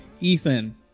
Ethan